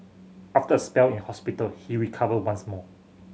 after a spell in hospital he recovered once more